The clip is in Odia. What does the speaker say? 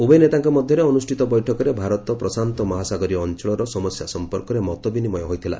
ଉଭୟ ନେତାଙ୍କ ମଧ୍ୟରେ ଅନୁଷ୍ଠିତ ବୈଠକରେ ଭାରତ ପ୍ରଶାନ୍ତ ମହାସାଗରୀୟ ଅଞ୍ଚଳର ସମସ୍ୟା ସମ୍ପର୍କରେ ମତ ବିନିମୟ ହୋଇଥିଲା